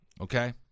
okay